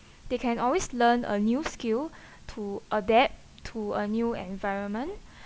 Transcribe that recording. they can always learn a new skill to adapt to a new environment